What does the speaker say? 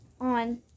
on